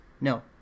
No